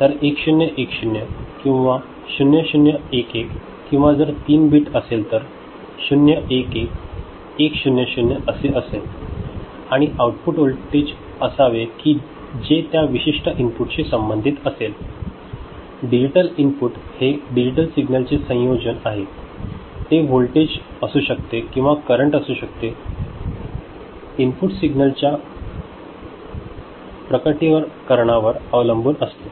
तर 1010 किंवा 0011 किंवा जर हे 3 बीट असेल तर 011 100 असे असेल आणि आउटपुट व्होल्टेज असावे की जे त्या विशिष्ट इनपुटशी संबंधित असेल डिजिटल इनपुट हे डिजिटल सिग्नलचे संयोजन आहे ते होल्टेज असू शकते किंवा करंट असू शकते इनपुट सिग्नलच्या प्रकटीकरनावर अवलंबून असते